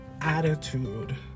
attitude